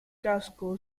casco